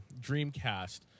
Dreamcast